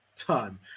ton